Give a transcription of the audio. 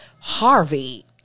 Harvey